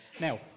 Now